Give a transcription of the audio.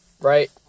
right